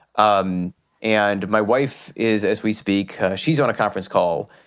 um and my wife is as we speak. she's on a conference call.